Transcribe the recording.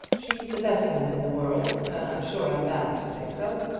she's the best woman in the world, and i'm sure i'm bound to say so.